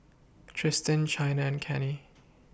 Tristen Chynna and Cannie